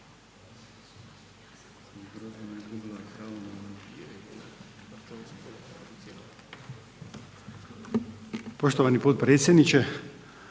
Poštovani potpredsjedniče,